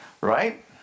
right